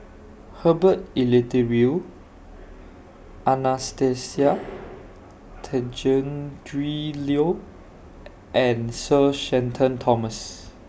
Herbert Eleuterio Anastasia Tjendri Liew and Sir Shenton Thomas